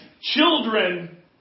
children